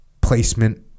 placement